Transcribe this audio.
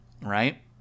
right